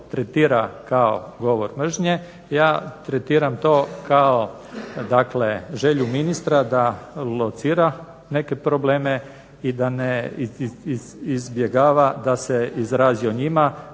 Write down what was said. ja tretiram to kao dakle želju ministra da locira neke probleme i da ne izbjegava da se izrazi o njima